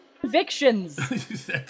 convictions